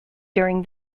during